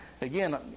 Again